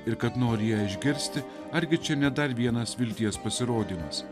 ir kad nori ją išgirsti argi čia ne dar vienas vilties pasirodymas